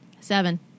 Seven